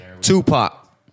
Tupac